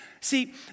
See